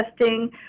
testing